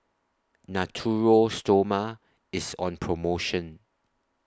Natura Stoma IS on promotion